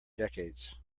decades